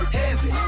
heavy